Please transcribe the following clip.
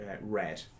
red